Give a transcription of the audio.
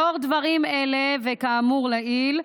לאור דברים אלה וכאמור לעיל,